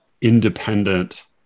independent